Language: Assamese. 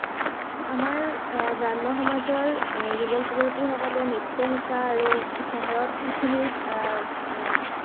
আমাৰ গ্ৰাম্য সমাজৰ যুৱক যুৱতীসকলে নৃত্য শিকা আৰু চহৰত যিখিনি